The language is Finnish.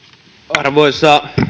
arvoisa